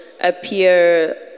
appear